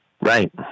Right